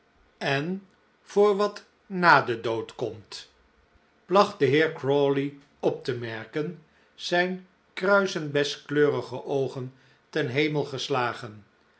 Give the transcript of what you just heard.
en voor wat na den dood komt placht de heer crawley op te merken zijn kruisbessenkleurige oogen ten hemel geslagen